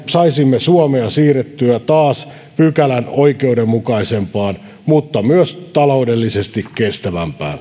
saisimme suomea siirrettyä taas pykälän oikeudenmukaisempaan mutta myös taloudellisesti kestävämpään